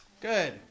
good